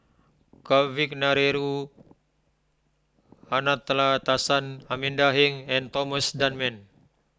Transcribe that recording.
Kavignareru Amallathasan Amanda Heng and Thomas Dunman